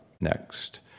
Next